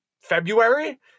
February